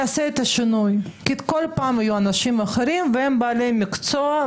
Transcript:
השינוי כי כל פעם יהיו אנשים אחרים והם בעלי מקצוע,